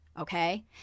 okay